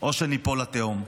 או שניפול לתהום.